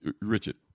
Richard